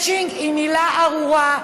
מצ'ינג היא מילה ארורה,